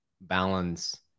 balance